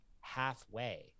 halfway